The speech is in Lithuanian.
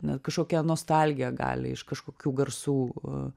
net kažkokia nostalgija gali iš kažkokių garsų